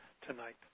tonight